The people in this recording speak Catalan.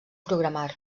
programar